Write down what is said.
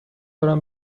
دارم